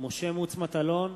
משה מטלון,